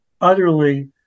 utterly